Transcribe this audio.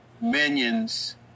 minions